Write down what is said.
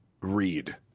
read